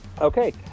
Okay